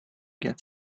get